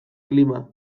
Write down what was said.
klima